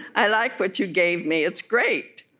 i like what you gave me. it's great.